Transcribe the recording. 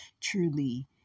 truly